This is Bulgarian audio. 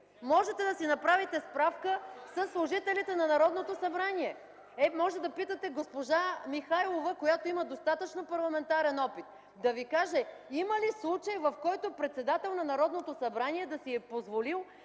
Можете да си направите справка със служителите на Народното събрание! Можете да питате госпожа Михайлова, която има достатъчно парламентарен опит – да Ви каже има ли случай, в който председател на Народното събрание да си е позволил